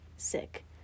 Sick